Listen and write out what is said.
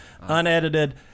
unedited